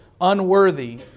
unworthy